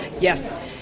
Yes